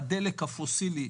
הדלק הפוסילי,